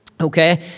Okay